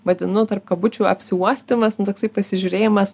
vadinu tarp kabučių apsiuostymas nu toksai pasižiūrėjimas